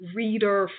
reader